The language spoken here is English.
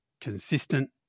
consistent